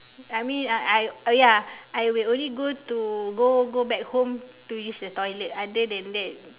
I mean I I oh ya I will only go to go go back home to use the toilet other then that